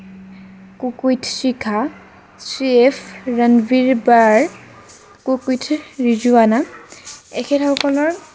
cook with Sikha chef Ranveer Brar cook with Rizwana এখেতসকলৰ